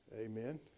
Amen